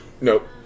nope